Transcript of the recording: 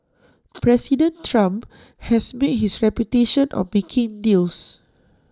President Trump has made his reputation on making deals